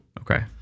Okay